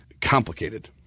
complicated